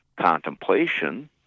Contemplation